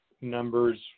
numbers